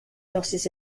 losses